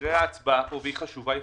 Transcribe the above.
שאחרי ההצבעה פה יפוטרו.